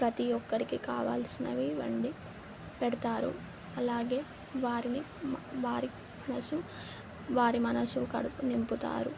ప్రతి ఒక్కరికి కావలసినవి వండి పెడతారు అలాగే వారిని మ వారి కోసం వారి మనస్సు కడుపు నింపుతారు